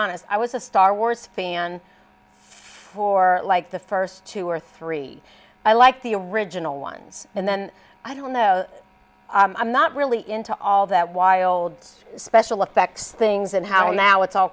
honest i was a star wars fan for like the first two or three i like the original ones and then i don't know i'm not really into all that why old special effects things and how now it's all